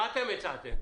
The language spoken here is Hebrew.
מה אתם הצעתם?